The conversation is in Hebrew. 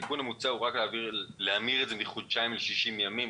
התיקון המוצע הוא רק להמיר את זה מחודשיים ל-60 ימים,